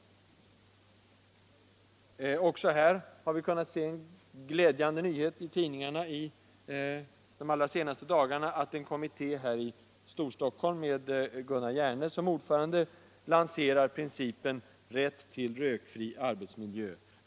Också här har vi de senaste dagarna kunnat se en glädjande nyhet i tidningarna. En kommitté i Storstockholm med Gunnar Hjerne som ordförande har lanserat principen rätt till rökfri arbetsmiljö.